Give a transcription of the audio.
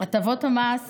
הטבות המס